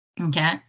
Okay